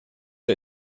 fue